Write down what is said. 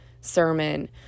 sermon